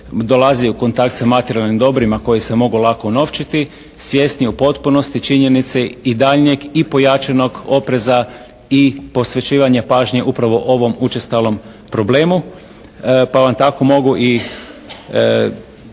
dolazi u kontakt sa materijalnim dobrima koji se mogu lako unovčiti, svjesni u potpunosti činjenice i daljnjeg i pojačanog opreza i posvećivanja pažnje upravo ovom učestalom problemu. Pa vam tako mogu i